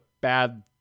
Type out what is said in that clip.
bad